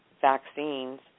vaccines